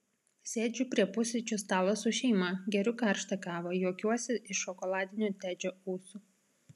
sėdžiu prie pusryčių stalo su šeima geriu karštą kavą juokiuosi iš šokoladinių tedžio ūsų